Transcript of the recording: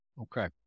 Okay